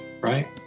right